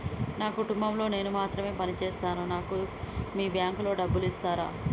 నా కుటుంబం లో నేను మాత్రమే పని చేస్తాను నాకు మీ బ్యాంకు లో డబ్బులు ఇస్తరా?